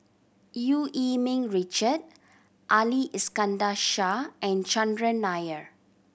Eu Yee Ming Richard Ali Iskandar Shah and Chandran Nair